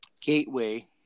Gateway